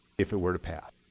if it were to pass.